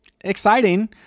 exciting